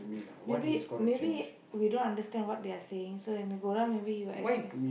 maybe maybe we don't understand what they are saying so when we go down maybe he will explain